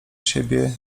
siebie